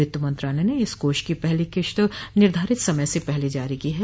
वित्त मंत्रालय ने इस कोष की पहली किस्त निर्धारित समय से पहले जारी की है